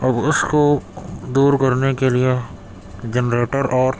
اب اس کو دور کرنے کے لیے جنریٹر اور